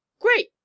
Great